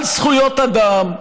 על זכויות אדם,